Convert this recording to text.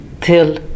till